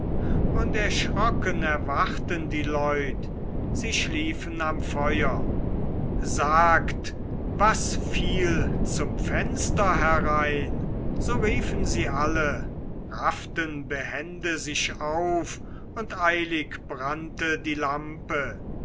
und erschrocken erwachten die leute sie schliefen am feuer sagt was fiel zum fenster herein so riefen sie alle rafften behende sich auf und eilig brannte die lampe